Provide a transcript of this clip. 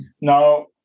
Now